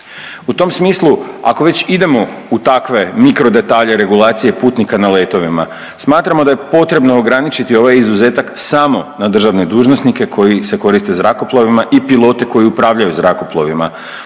U tom smislu, ako već idemo u takve mikrodetalje regulacije putnika na letovima, smatramo da je potrebno ograničiti ovaj izuzetak samo na državne dužnosnike koji se koriste zrakoplovima i pilote koji upravljaju zrakoplovima,